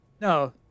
No